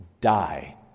die